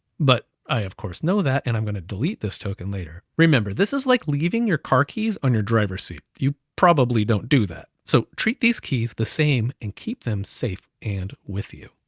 but i of course know that, and i'm gonna delete this token later. remember this is like leaving your car keys on your driver's seat. you probably don't do that. so treat these keys the same, and keep them safe, and with you.